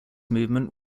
movement